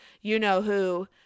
you-know-who